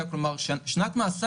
כמובן זה משתנה עם סוג הנשק שנת מאסר